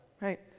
Right